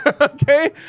Okay